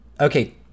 Okay